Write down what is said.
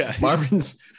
Marvin's